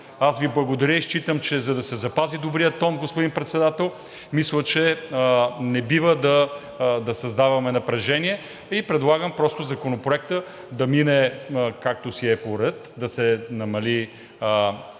Благодаря Ви и смятам, че за да се запази добрият тон, господин Председател, мисля, че не бива да създаваме напрежение, и предлагам Законопроектът да мине, както си е по ред – да се намали